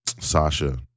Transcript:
Sasha